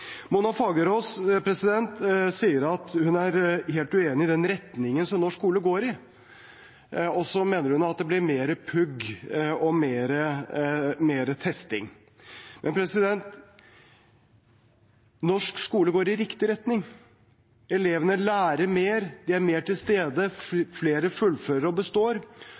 Mona Fagerås sier at hun er helt uenig i den retningen som norsk skole går i, og så mener hun at det blir mer pugg og mer testing. Men norsk skole går i riktig retning. Elevene lærer mer. De er mer til stede. Flere fullfører og består.